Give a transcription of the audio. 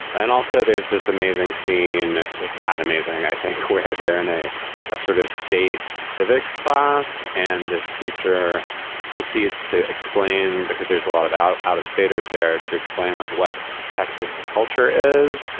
and also, there's this amazing scene that bad, amazing, i think, where they're in a a sort of state civics class. and this teacher proceeds to explain, because there's a lot about out-of-staters there to explain, like what texas culture is.